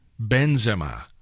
Benzema